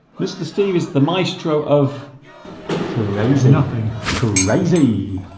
mr. steve is the maestro of crazy nothing crazy